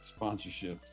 sponsorships